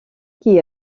qui